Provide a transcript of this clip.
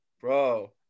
Bro